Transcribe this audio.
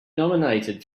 nominated